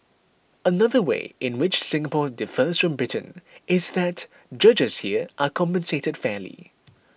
another way in which Singapore differs from Britain is that judges here are compensated fairly